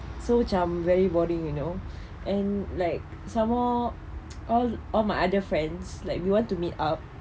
so macam very boring you know and like some more all all my other friends like we want to meet up